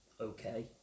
okay